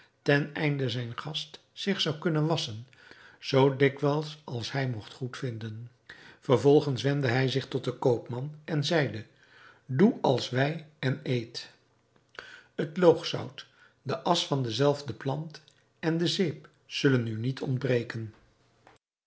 ten einde zijn gast zich zou kunnen wasschen zoo dikwijls als hij mogt goedvinden vervolgens wendde hij zich tot den koopman en zeide doe als wij en eet het loogzout de as van de zelfde plant en de zeep zullen u niet ontbreken